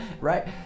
right